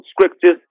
scriptures